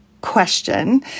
question